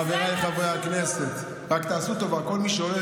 חבריי חברי הכנסת, רק תעשו טובה, כל מי שעולה